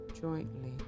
jointly